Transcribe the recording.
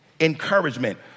encouragement